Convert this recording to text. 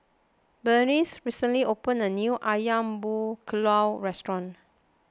Beatrice recently opened a new Ayam Buah Keluak Restaurant